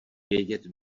vědět